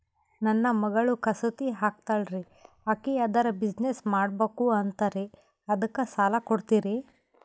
ನನ್ನ ಮಗಳು ಕಸೂತಿ ಹಾಕ್ತಾಲ್ರಿ, ಅಕಿ ಅದರ ಬಿಸಿನೆಸ್ ಮಾಡಬಕು ಅಂತರಿ ಅದಕ್ಕ ಸಾಲ ಕೊಡ್ತೀರ್ರಿ?